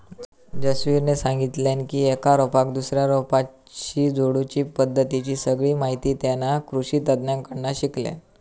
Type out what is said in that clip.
जसवीरने सांगितल्यान की एका रोपाक दुसऱ्या रोपाशी जोडुची पद्धतीची सगळी माहिती तेना कृषि तज्ञांकडना शिकल्यान